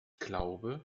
glaube